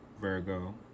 Virgo